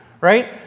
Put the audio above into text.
right